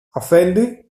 αφέντη